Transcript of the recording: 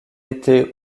été